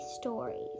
Stories